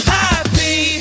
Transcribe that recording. happy